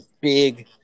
big